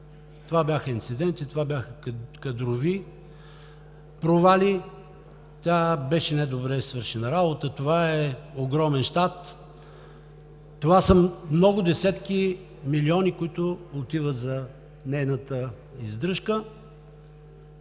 това бяха инциденти, това бяха кадрови провали, беше недобре свършена работа, това е огромен щат, това са много десетки милиони, които отиват за нейната издръжка,